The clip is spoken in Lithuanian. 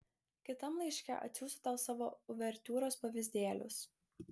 kitam laiške atsiųsiu tau savo uvertiūros pavyzdėlius